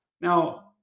Now